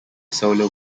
solo